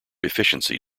efficiency